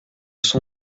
son